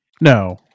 No